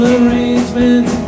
arrangements